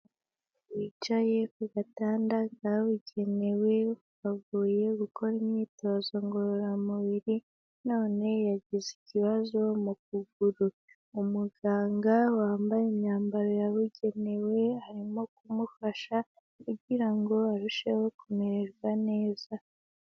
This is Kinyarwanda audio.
Umuntu wicaye ku gatanda kawebugenewe bago gukora imyitozo ngororamubiri none yagize ikibazo mu kuguru. Umuganga wambaye imyambaro yabugenewe arimo kumufasha kugirango ngo arusheho kumererwa neza.